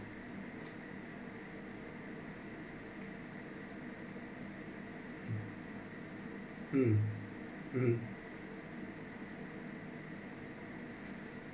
mm (uh huh)